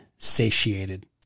satiated